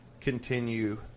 continue